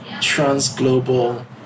trans-global